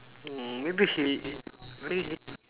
mm maybe he maybe